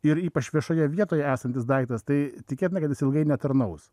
ir ypač viešoje vietoje esantis daiktas tai tikėtina kad jis ilgai netarnaus